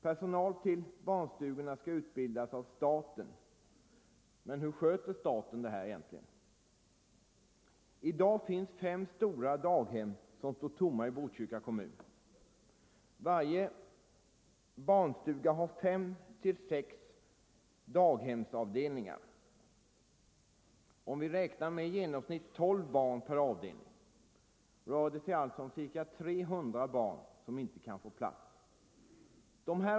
Personalen skall ju utbildas av staten, men hur sköter egentligen staten den utbildningen? I dag finns det i Botkyrka kommun fem stora daghem som står tomma. Varje barnstuga har fem till sex daghemsavdelningar. Om vi räknar med i genomsnitt tolv barn per avdelning rör det sig alltså om ca 300 barn som inte kan få plats.